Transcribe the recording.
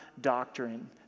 doctrine